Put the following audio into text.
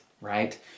right